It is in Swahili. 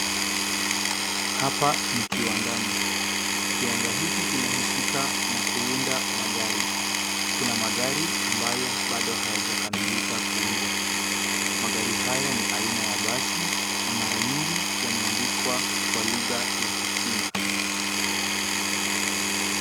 Hapa ni kiwandani. Kiwanda hiki kinahuaika na kuunda magari. Kuna magari ambayo bado hayajakamilika kuuzwa. Magari haya ni aina ya basi na mara nyingi yameandikwa kwa lugha ya kichina.